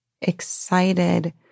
excited